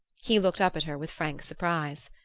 he looked up at her with frank surprise.